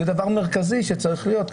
זה דבר מרכזי שצריך להיות.